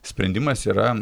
sprendimas yra